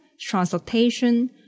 transportation